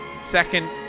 second